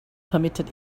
permitted